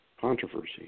controversy